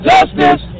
Justice